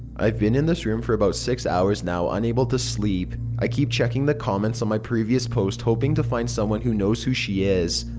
i've been in this room for about six hours now unable to sleep. i keep checking the comments on my previous post hoping to find someone who knows who she is.